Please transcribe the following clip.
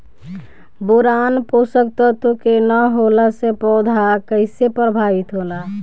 Boron पोषक तत्व के न होला से पौधा कईसे प्रभावित होला?